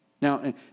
Now